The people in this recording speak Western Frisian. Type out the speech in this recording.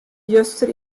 juster